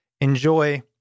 Enjoy